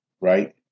right